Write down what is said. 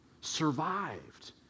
survived